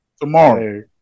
Tomorrow